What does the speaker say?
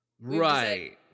Right